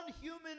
human